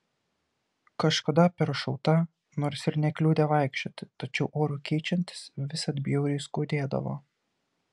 kažkada peršauta nors ir nekliudė vaikščioti tačiau orui keičiantis visad bjauriai skaudėdavo